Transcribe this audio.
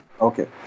Okay